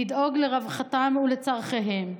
לדאוג לרווחתם ולצרכיהם.